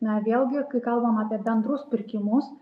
na vėlgi kai kalbam apie bendrus pirkimus